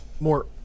more